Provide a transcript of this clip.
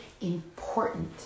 important